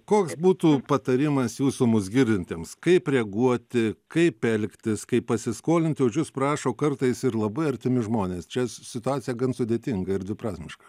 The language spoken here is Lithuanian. koks būtų patarimas jūsų mus girdintiems kaip reaguoti kaip elgtis kai pasiskolinti už jus prašo kartais ir labai artimi žmonės čia situacija gan sudėtinga ir dviprasmiška